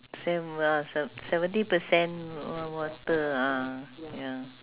seve~ ah se~ seventy percent of water ah ya